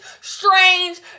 strange